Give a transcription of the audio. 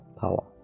power